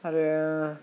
आरो